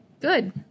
good